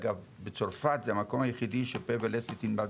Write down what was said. אגב בצרפת זה המקום היחידי שפה ולסת נלמד